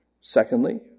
Secondly